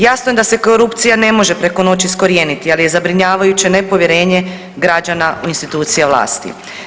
Jasno je da se korupcija ne može preko noći iskorijeniti, ali je zabrinjavajuće nepovjerenje građana u institucije vlasti.